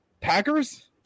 Packers